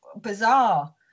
bizarre